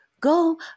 Go